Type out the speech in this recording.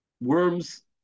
worms